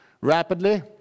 rapidly